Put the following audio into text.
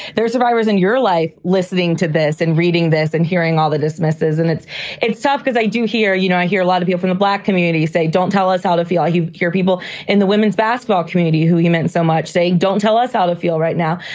there are survivors in your life listening to this and reading this and hearing all the dismissals and it's it's tough because i do hear you know, i hear a lot of you from the black community who say, don't tell us how to feel. you hear people in the women's basketball community who you meant so much say don't tell us how to feel right now.